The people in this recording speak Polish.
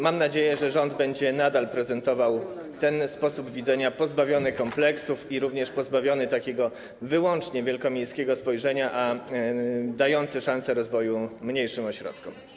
Mam nadzieję, że rząd będzie nadal prezentował ten sposób widzenia: pozbawiony kompleksów i takiego wyłącznie wielkomiejskiego spojrzenia, a dający szansę rozwoju mniejszym ośrodkom.